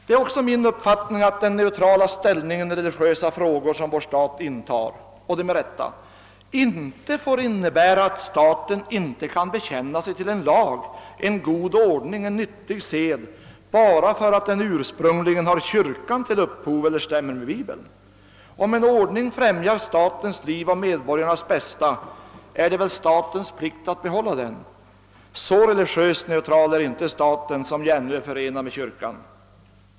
Det är också min uppfattning att den neutrala ställning i religiösa frågor, som vår stat med rätta intar, inte får innebära, att staten inte kan bekänna sig till en lag, en god ordning och en nyttig sed bara därför att den ursprungligen har kyrkan till upphov eller stämmer med Bibeln. Om en ordning främjar statens liv och medborgarnas bästa är det väl statens plikt att behålla den. Så religiöst neutral är inte staten som ju ännu är förenad med kyrkan.